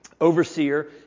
Overseer